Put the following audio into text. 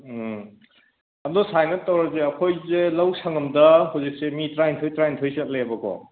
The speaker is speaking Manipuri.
ꯑꯪ ꯑꯗꯣ ꯁꯥꯏꯅ ꯇꯧꯔꯖꯦ ꯑꯩꯈꯣꯏꯖꯦ ꯂꯧ ꯁꯉꯝꯗ ꯍꯧꯖꯤꯛꯁꯦ ꯃꯤ ꯇ꯭ꯔꯥꯏꯟꯊꯣꯏ ꯇ꯭ꯔꯥꯏꯟꯊꯣꯏ ꯆꯠꯂꯦꯕꯀꯣ